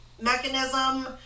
mechanism